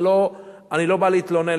אני לא בא להתלונן,